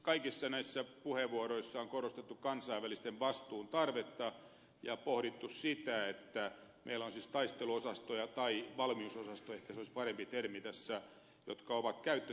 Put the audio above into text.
kaikissa näissä puheenvuoroissa on korostettu kansainvälisen vastuun tarvetta ja pohdittu sitä että meillä on siis taisteluosastoja tai valmiusosasto ehkä se olisi parempi termi tässä jotka ovat käyttökunnossa ja me emme käytä niitä